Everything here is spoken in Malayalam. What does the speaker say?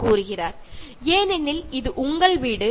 കാരണം അത് നിങ്ങളുടെ വീടാണ്